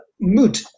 mood